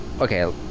Okay